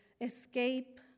escape